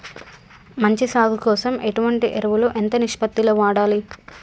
మంచి సాగు కోసం ఎటువంటి ఎరువులు ఎంత నిష్పత్తి లో వాడాలి?